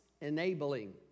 enabling